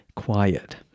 Quiet